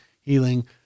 healing